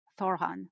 Thorhan